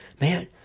man